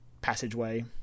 passageway